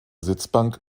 sitzbank